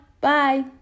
bye